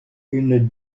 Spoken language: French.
une